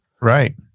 Right